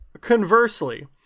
conversely